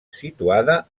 situada